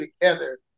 together